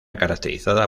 caracterizada